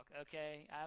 okay